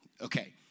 Okay